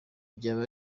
byaba